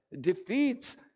defeats